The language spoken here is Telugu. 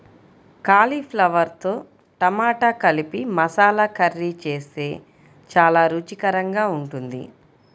కాలీఫ్లవర్తో టమాటా కలిపి మసాలా కర్రీ చేస్తే చాలా రుచికరంగా ఉంటుంది